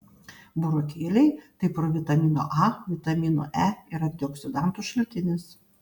burokėliai tai provitamino a vitamino e ir antioksidantų šaltinis